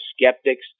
skeptics